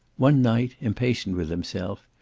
one night, impatient with himself,